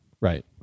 Right